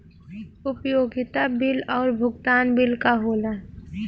उपयोगिता बिल और भुगतान बिल का होला?